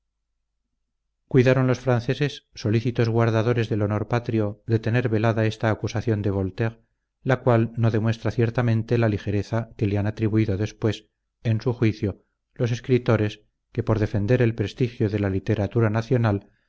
cuidaron los franceses solícitos guardadores del honor patrio de tener velada esta acusación de voltaire la cual no demuestra ciertamente la ligereza que le han atribuido después en su juicio los escritores que por defender el prestigio de la literatura nacional